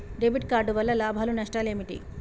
Debit card వల్ల లాభాలు నష్టాలు ఏమిటి?